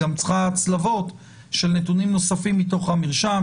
היא גם צריכה הצלבות של נתונים נוספים מתוך המרשם,